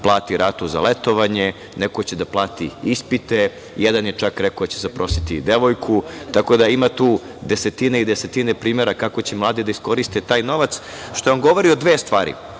plati ratu za letovanje, neko će da plati ispite, jedan je čak rekao da će zaprositi devojku, tako da ima tu desetine i desetine primera kako će mladi da iskoriste taj novac, što vam govori o dve stvari.